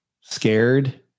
scared